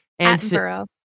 Attenborough